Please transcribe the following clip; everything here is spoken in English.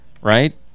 right